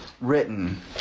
written